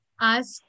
ask